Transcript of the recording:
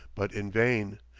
but in vain,